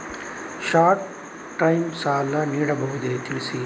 Short time ಸಾಲ ನೀಡಬಹುದೇ ತಿಳಿಸಿ?